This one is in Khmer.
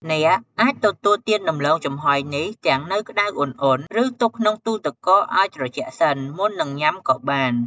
អ្នកអាចទទួលទានដំឡូងចំហុយនេះទាំងនៅក្ដៅឧណ្ហៗ ឬទុកក្នុងទូទឹកកកឱ្យត្រជាក់សិន មុននឹងញ៉ាំក៏បាន។